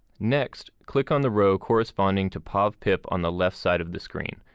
next, click on the row corresponding to povpip on the left side of the screen,